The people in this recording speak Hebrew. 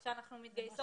כאשר אנחנו מתגייסות,